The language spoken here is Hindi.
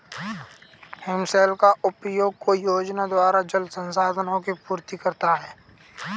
हिमशैल का उपयोग कई योजनाओं द्वारा जल संसाधन की पूर्ति करता है